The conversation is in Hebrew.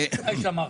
מה יש שם עכשיו.